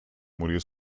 murió